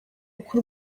uko